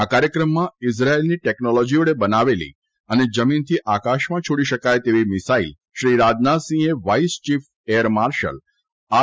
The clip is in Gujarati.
આ કાર્થક્રમમાં ઇઝરાયેલની ટેકનોલોજી વડે બનાવેલી અને જમીનથી આકાશમાં છોડી શકાય તેવી મિસાઇલ શ્રી રાજનાથસિંહે vice chief air marshal R